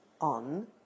on